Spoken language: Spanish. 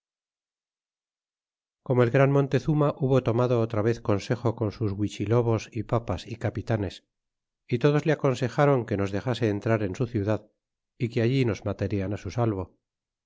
como el gran montezuma hubo tomado otra vez consejo con sus iluichilobos é papas é capitanes y todos le aconsejron que nos dexase entrar en su ciudad é que alli nos malarian su salvo